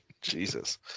jesus